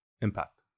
impact